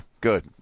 Good